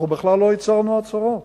אנחנו בכלל לא הצהרנו הצהרות,